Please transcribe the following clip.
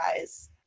guys